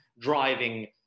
driving